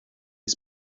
les